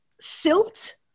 silt